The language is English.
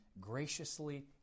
graciously